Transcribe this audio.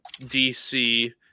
DC